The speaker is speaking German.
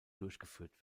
durchgeführt